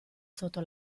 sotto